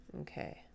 Okay